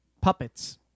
puppets